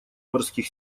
морских